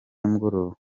nimugoroba